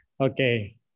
Okay